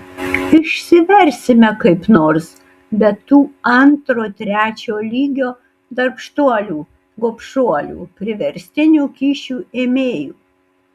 išsiversime kaip nors be tų antro trečio lygio darbštuolių gobšuolių priverstinių kyšių ėmėjų